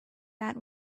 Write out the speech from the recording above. that